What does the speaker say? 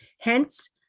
Hence